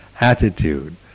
attitude